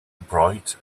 bright